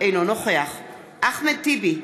אינו נוכח אחמד טיבי,